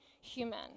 human